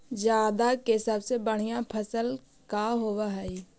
जादा के सबसे बढ़िया फसल का होवे हई?